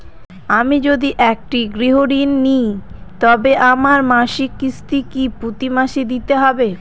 আমি যদি একটি গৃহঋণ নিই তবে আমার মাসিক কিস্তি কি প্রতি মাসে দিতে হবে?